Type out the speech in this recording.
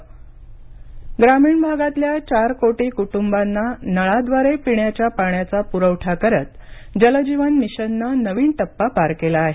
जलजीवन mission ग्रामीण भागातल्या चार कोटी कुटुंबांना नळाद्वारे पिण्याच्या पाण्याचा पुरवठा करत जलजीवन मिशननं नवीन टप्पा पार केला आहे